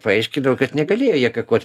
paaiškydavo kad negalėjo jie kakot